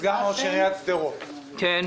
סגן ראש עיריית שדרות נמצא כאן,